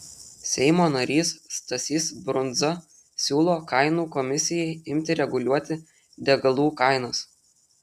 seimo narys stasys brundza siūlo kainų komisijai imti reguliuoti degalų kainas